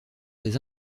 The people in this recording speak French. des